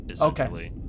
Okay